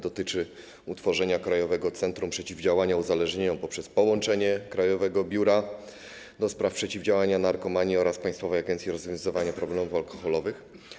Dotyczy utworzenia Krajowego Centrum Przeciwdziałania Uzależnieniom poprzez połączenie Krajowego Biura do Spraw Przeciwdziałania Narkomanii oraz Państwowej Agencji Rozwiązywania Problemów Alkoholowych.